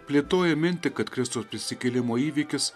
plėtoja mintį kad kristaus prisikėlimo įvykis